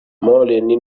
moreen